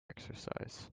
exercise